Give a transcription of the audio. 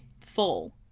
full